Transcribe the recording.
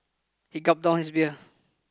he gulped down his beer